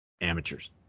amateurs